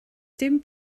dim